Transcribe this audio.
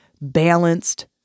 balanced